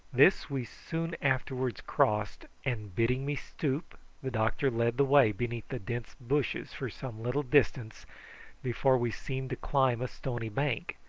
this we soon afterwards crossed, and bidding me stoop the doctor led the way beneath the dense bushes for some little distance before we seemed to climb a stony bank,